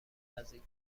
نزدیک